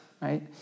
right